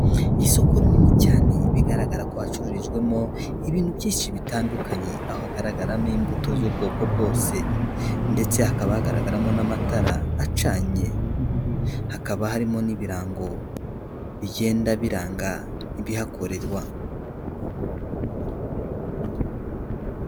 Isoko rinini cyane bigaragara ko hacururizwamo ibintu byinshi bitandukanye, aho hagaragaramo imbuto z'ubwoko bwose ndetse hakaba hagaragaramo n'amatara acanye, hakaba harimo n'ibirango bigenda biranga ibihakorerwa.